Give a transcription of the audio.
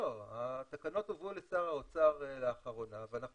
התקנות הובאו לשר האוצר לאחרונה ואנחנו